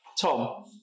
Tom